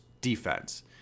defense